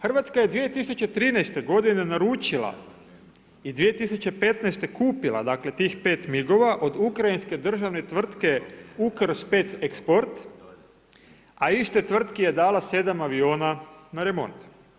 Hrvatska je 2013. godine naručila i 2015. kupila dakle tih 5 migova od ukrajinske državne tvrtke UKRS 5 Export a istoj tvrtki je dala 7 aviona na remont.